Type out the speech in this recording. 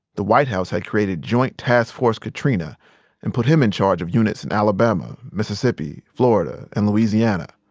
the white house had created joint task force katrina and put him in charge of units in alabama, mississippi, florida, and louisiana.